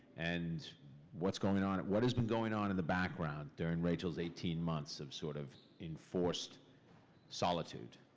and what's going on? what has been going on in the background during rachel's eighteen months of sort of enforced solitude?